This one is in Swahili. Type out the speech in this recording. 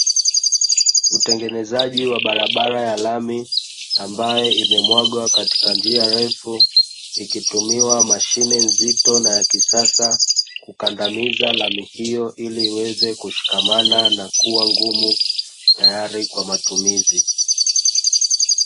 Utengenezaji wa barabara ya lami, ambayo imemwagwa katika njia ndefu, ikitumiwa mashine nzito ya kisasa kukandamiza lami hiyo, ili iweze kushikamana na kuwa ngumu tayari kwa matumizi.